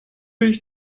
ich